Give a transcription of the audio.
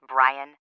Brian